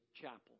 chapel